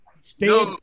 stay-